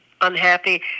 unhappy